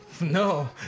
No